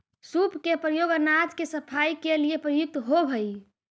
सूप के प्रयोग अनाज के सफाई के लिए प्रयुक्त होवऽ हई